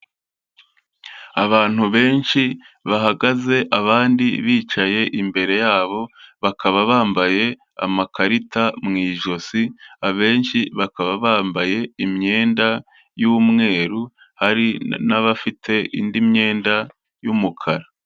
Abantu benshi bahagaze abandi bicaye imbere yabo, bakaba bambaye amakarita mu ijosi, abenshi bakaba bambaye imyenda y'umweru hari n'abafite indi myenda y'umukara.